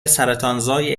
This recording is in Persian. سرطانزای